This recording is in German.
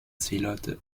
seeleute